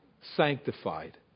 sanctified